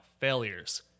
failures